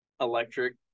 electric